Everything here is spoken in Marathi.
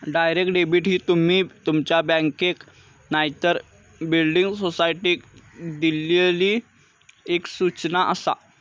डायरेक्ट डेबिट ही तुमी तुमच्या बँकेक नायतर बिल्डिंग सोसायटीक दिल्लली एक सूचना आसा